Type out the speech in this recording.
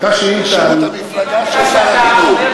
הייתה שאילתה על,